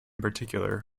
particular